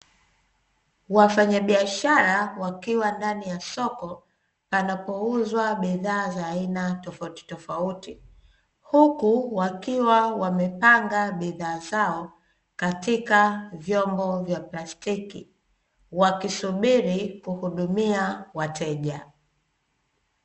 Wafanyabiashara wakiwa ndani ya soko panapouzwa bidhaa za aina tofautitofauti, huku wakiwa wamepanga bidhaa zao katika vyombo vya plastiki wakisubiri kuhudumia wateja.